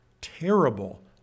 terrible